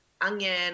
onion